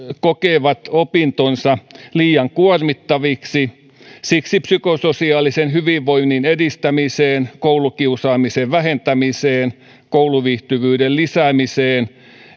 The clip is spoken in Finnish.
kokevat opintonsa liian kuormittaviksi siksi psykososiaalisen hyvinvoinnin edistämiseen koulukiusaamisen vähentämiseen kouluviihtyvyyden lisäämiseen